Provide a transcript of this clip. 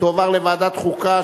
תועבר לוועדת חוקה,